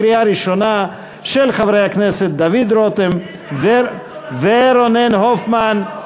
של חברי הכנסת דוד רותם ורונן הופמן,